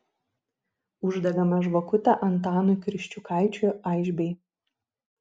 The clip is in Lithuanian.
uždegame žvakutę antanui kriščiukaičiui aišbei